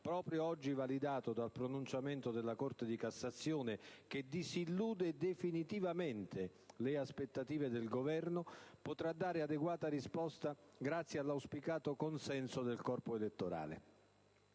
proprio oggi validato dal pronunciamento della Corte di cassazione, che disillude definitivamente le aspettative del Governo, potrà dare adeguata risposta grazie all'auspicato consenso del corpo elettorale.